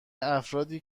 افرادی